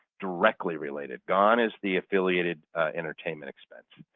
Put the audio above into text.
directly related. gone is the affiliated entertainment expense.